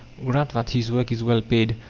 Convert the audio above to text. grant that his work is well paid,